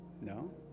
No